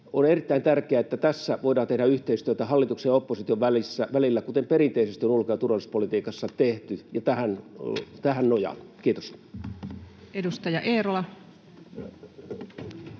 On erittäin tärkeää, että tässä voidaan tehdä yhteistyötä hallituksen ja opposition välillä, kuten perinteisesti on ulko- ja turvallisuuspolitiikassa tehty, ja tähän nojaan. — Kiitos. [Speech